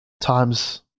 times